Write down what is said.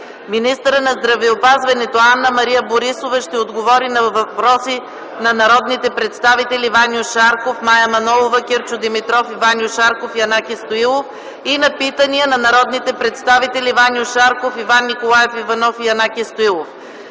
Министърът на здравеопазването Анна-Мария Борисова ще отговори на четири въпроса на народните представители Ваньо Шарков; Мая Манолова; Кирчо Димитров и Ваньо Шарков; и Янаки Стоилов, и на две питания на народните представители Ваньо Шарков и Иван Николаев Иванов, и Янаки Стоилов.